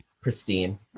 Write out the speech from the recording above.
pristine